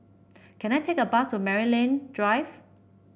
can I take a bus to Maryland Drive